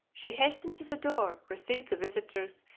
she hastened to the door, received the visitors,